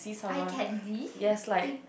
I can be